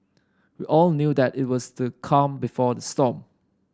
we all knew that it was the calm before the storm